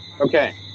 Okay